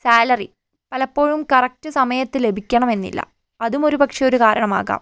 salary പലപ്പോഴും correct സമയത്ത് ലഭിക്കണമെന്നില്ല അതും ഒരു പക്ഷെ ഒരു കാരണമാകാം